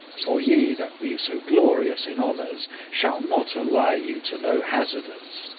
for ye, that be so glorious in honours, shall not ally you to no hazardours,